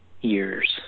years